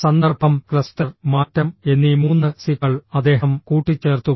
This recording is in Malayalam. സന്ദർഭം ക്ലസ്റ്റർ മാറ്റം എന്നീ മൂന്ന് സി കൾ അദ്ദേഹം കൂട്ടിച്ചേർത്തു